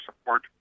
support